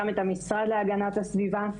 גם את המשרד להגנת הסביבה.